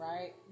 right